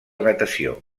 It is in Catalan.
natació